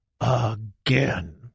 again